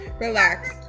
relax